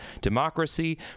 democracy